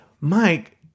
Mike